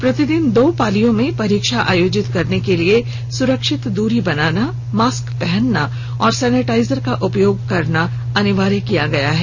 प्रतिदिन दो पारियों में परीक्षा आयोजित करने के लिए सुरक्षित दूरी बनाना मास्क पहनना और सैनिटाइजर का उपयोग करना अनिवार्य किया गया है